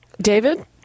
David